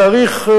בתעריף,